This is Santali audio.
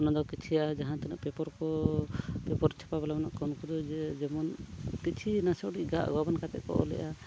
ᱚᱱᱟᱫᱚ ᱠᱤᱪᱷᱩᱭᱟ ᱡᱟᱦᱟᱸ ᱛᱤᱱᱟᱹᱜ ᱯᱮᱯᱟᱨ ᱠᱚ ᱯᱮᱯᱟᱨ ᱪᱷᱟᱯᱟ ᱵᱟᱞᱟ ᱢᱮᱱᱟᱜ ᱠᱚᱣᱟ ᱩᱱᱠᱩ ᱫᱚ ᱡᱮᱢᱚᱱ ᱠᱤᱪᱷᱤ ᱱᱟᱥᱮ ᱩᱰᱤᱡ ᱜᱟᱜ ᱜᱟᱵᱟᱱ ᱠᱟᱛᱮᱫ ᱠᱚ ᱚᱞᱮᱫᱼᱟ